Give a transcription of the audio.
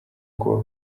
buba